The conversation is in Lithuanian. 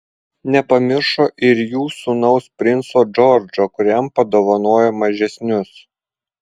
nepamiršo ir jų sūnaus princo džordžo kuriam padovanojo mažesnius